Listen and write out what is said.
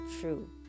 true